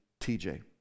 TJ